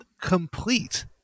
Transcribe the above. complete